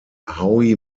howe